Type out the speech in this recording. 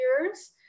years